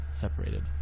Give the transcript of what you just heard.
separated